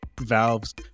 valve's